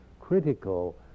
critical